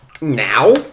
now